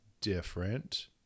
different